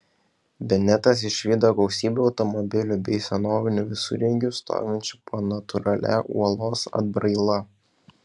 benetas išvydo gausybę automobilių bei senovinių visureigių stovinčių po natūralia uolos atbraila